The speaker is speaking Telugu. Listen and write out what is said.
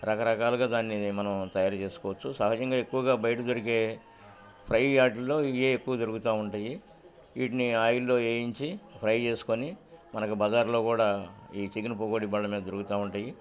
రకరకాలుగా దాన్ని మనం తయారు చేసుకోవచ్చు సహజంగా ఎక్కువగా బయట దొరికే ఫ్రై ఆటిల్లో ఇయే ఎక్కువ దొరుకుతా ఉంటాయి వీటిని ఆయిల్లో వయించి ఫ్రై చేసుకొని మనకు బజార్లో కూడా ఈ చికెన్ పకోడి బడమే దరుతా ఉంటాయి